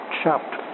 Chopped